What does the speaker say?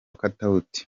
katauti